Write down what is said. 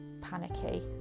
panicky